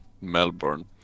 Melbourne